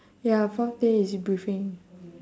ya fourth day is briefing